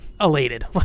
elated